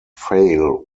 fail